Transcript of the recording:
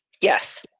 Yes